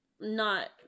not-